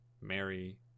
mary